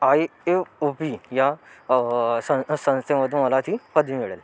I A O P या सं संस्थेमधून मला ती पदवी मिळेल